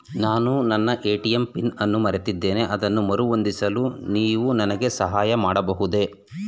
ನಾನು ನನ್ನ ATM PIN ಅನ್ನು ಮರೆತಿದ್ದೇನೆ ಅದನ್ನು ಮರುಹೊಂದಿಸಲು ನೀವು ನನಗೆ ಸಹಾಯ ಮಾಡಬಹುದೇ?